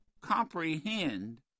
comprehend